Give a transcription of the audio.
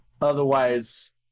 otherwise